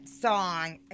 song